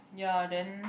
ya then